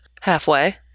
halfway